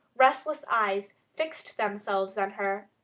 restless eyes fixed themselves on her.